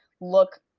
look